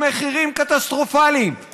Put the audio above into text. עם מחירים קטסטרופליים,